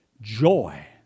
Joy